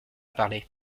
parler